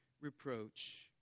reproach